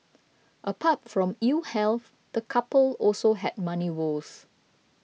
apart from ill health the couple also had money woes